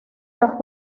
los